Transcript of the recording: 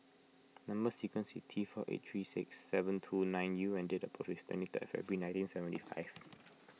Number Sequence is T four eight three six seven two nine U and date of birth is twenty third February nineteen seventy five